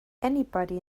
anybody